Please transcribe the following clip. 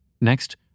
Next